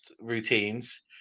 routines